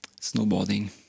Snowboarding